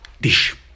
dish